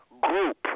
group